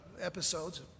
episodes